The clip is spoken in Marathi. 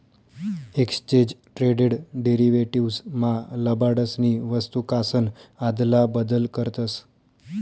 एक्सचेज ट्रेडेड डेरीवेटीव्स मा लबाडसनी वस्तूकासन आदला बदल करतस